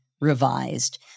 revised